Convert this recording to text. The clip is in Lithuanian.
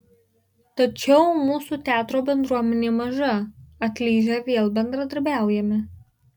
tačiau mūsų teatro bendruomenė maža atlyžę vėl bendradarbiaujame